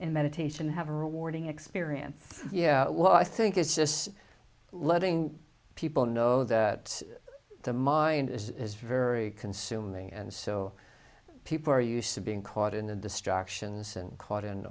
in meditation have a rewarding experience yeah well i think it's just letting people know that the mind is very consuming and so people are used to being caught in the distractions and caught in